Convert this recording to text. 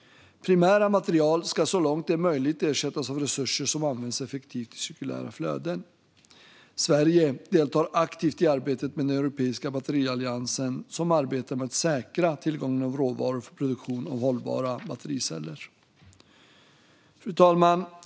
Primära material ska så långt det är möjligt ersättas av resurser som används effektivt i cirkulära flöden. Sverige deltar aktivt i arbetet med den europeiska batterialliansen som arbetar med att säkra tillgången av råvaror för produktion av hållbara battericeller. Fru talman!